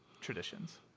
traditions